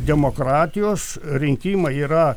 demokratijos rinkimai yra